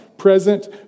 present